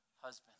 husband